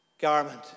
garment